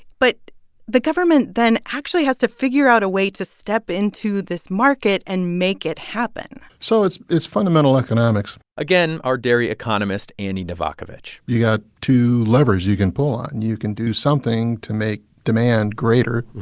but the government then actually has to figure out a way to step into this market and make it happen so it's it's fundamental economics again, our dairy economist andy novakovic you've got two levers you can pull on. and you can do something to make demand greater,